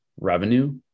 revenue